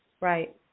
Right